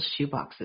shoeboxes